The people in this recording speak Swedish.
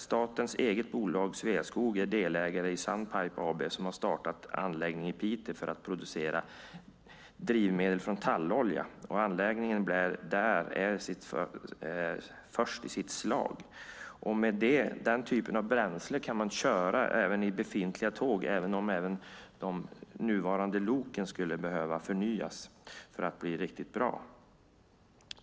Statens eget bolag Sveaskog är delägare i Sunpine AB som har startat en anläggning i Piteå för att producera drivmedel från tallolja. Anläggningen där är först i sitt slag. Med den typen av bränsle kan man köra även befintliga tåg, även om de nuvarande loken skulle behöva förnyas för att bli riktigt bra.